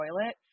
toilet